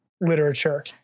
literature